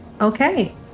okay